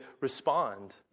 respond